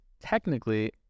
technically